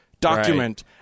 document